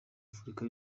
afurika